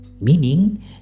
meaning